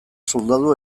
soldadu